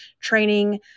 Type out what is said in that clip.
training